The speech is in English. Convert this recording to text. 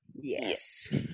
Yes